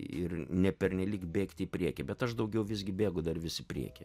ir nepernelyg bėgti į priekį bet aš daugiau visgi bėgu dar vis į priekį